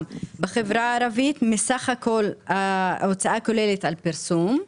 בחברה הערבית מסך כל ההוצאה הכוללת על פרסום.